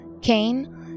Cain